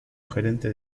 gerente